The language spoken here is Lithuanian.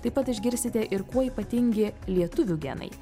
taip pat išgirsite ir kuo ypatingi lietuvių genai